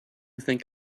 think